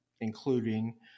including